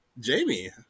Jamie